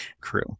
crew